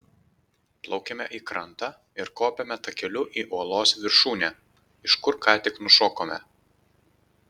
plaukiame į krantą ir kopiame takeliu į uolos viršūnę iš kur ką tik nušokome